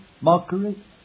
mockery